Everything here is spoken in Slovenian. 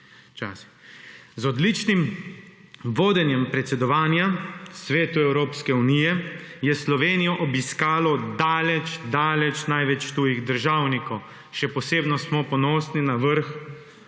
Z odličnim vodenjem predsedovanja Svetu Evropske unije je Slovenijo obiskalo daleč, daleč največ tujih državnikov, še posebno smo ponosni na vrh